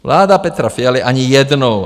Vláda Petra Fialy ani jednou.